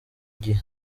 gihe